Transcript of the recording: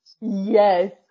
yes